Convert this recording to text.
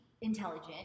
intelligent